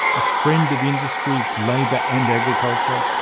a friend of industry, labor and agriculture,